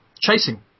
chasing